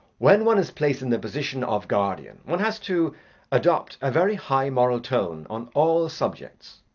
when one is placed in the position of guardian, one has to adopt a very high moral tone on all subjects.